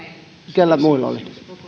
keillä muilla oli